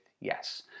yes